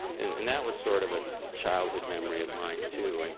and and that was sort of a childhood memory of mine, too. and